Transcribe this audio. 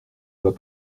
vas